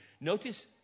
Notice